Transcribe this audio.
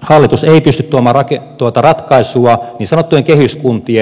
hallitus ei pysty tuomaan tuota ratkaisua niin sanottujen kehyskuntien tilanteeseen